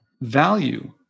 value